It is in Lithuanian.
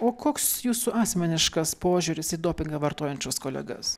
o koks jūsų asmeniškas požiūris į dopingą vartojančius kolegas